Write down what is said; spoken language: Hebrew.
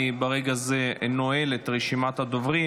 אני ברגע זה נועל את רשימת הדוברים.